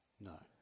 No